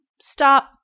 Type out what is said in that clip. stop